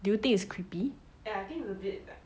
do you think it's creepy